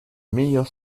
meilleurs